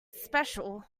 special